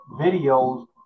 videos